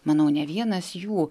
manau ne vienas jų